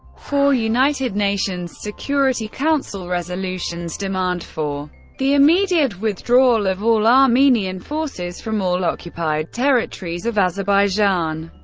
four united nations security council resolutions demand for the immediate withdrawal of all armenian forces from all occupied territories of azerbaijan.